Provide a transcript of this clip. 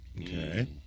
Okay